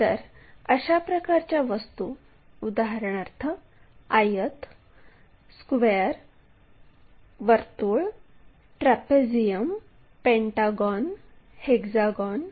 तर अशा प्रकारच्या वस्तू उदाहरणार्थ आयत स्क्वेअर वर्तुळ ट्रॅपेझियम पेंटागॉन हेक्झॅगॉन